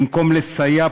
במקום לסייע,